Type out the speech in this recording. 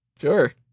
Sure